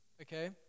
okay